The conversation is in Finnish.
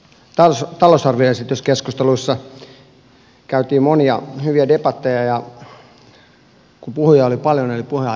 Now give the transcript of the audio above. eilisessä oppositiopuolueitten talousarvioesityskeskustelussa käytiin monia hyviä debatteja ja kun puhujia oli paljon oli puheaikaa vähän kaikilla